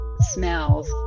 smells